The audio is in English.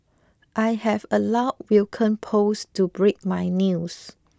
I have allowed Vulcan post to break my news